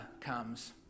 comes